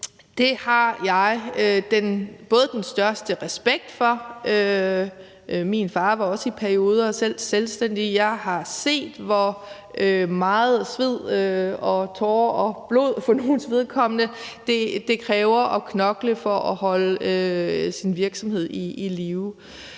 Det har jeg den største respekt for. Min far var også i perioder selvstændig, og jeg har set, hvor meget sved, blod og tårer det for nogens vedkommende koster at knokle for at holde sin virksomhed i gang.